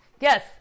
yes